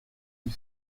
ils